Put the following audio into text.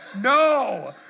No